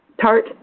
tart